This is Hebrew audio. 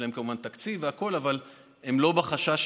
אם בכלל,